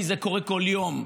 כי זה קורה כל יום,